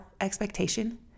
expectation